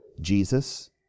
Jesus